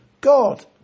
God